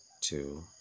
two